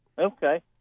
Okay